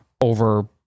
over